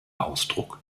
ausdruck